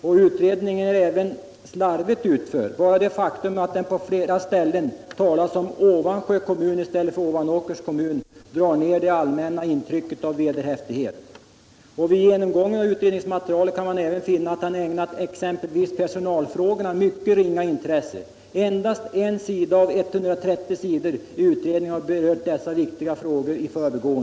Utredningen är även slarvigt utförd. Bara det faktum att det på flera ställen talas om Ovansjö kommun i stället för Ovanåkers kommun drar ner det allmänna intrycket av vederhäftighet. Vid genomgången av utredningsmaterialet kan man även finna att utredningsmannen ägnat exempelvis personalfrågorna mycket ringa intresse. Endast en av 130 sidor i utredningen berör i förbigående dessa viktiga frågor.